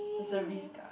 it's a risk ah